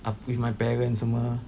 ah with my parents semua